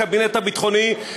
הקבינט הביטחוני,